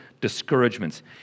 discouragements